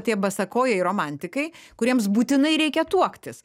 tie basakojai romantikai kuriems būtinai reikia tuoktis